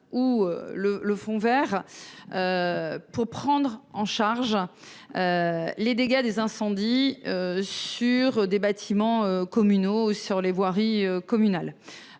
le le Fonds Vert. Pour prendre en charge. Les dégâts des incendies. Sur des bâtiments communaux sur les voiries communales.